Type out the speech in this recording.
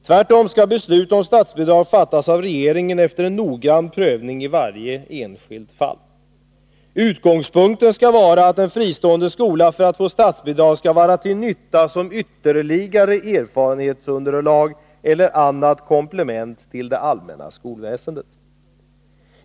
Tvärtom skall beslut om statsbidrag fattas av regeringen efter en noggrann prövning av varje enskilt fall. Utgångspunkten skall vara att en fristående skola för att få statsbidrag skall vara till nytta som ytterligare erfarenhetsunderlag eller annat komplement till det allmänna skolväsendet.